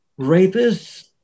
rapists